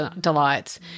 Delights